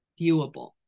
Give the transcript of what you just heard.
viewable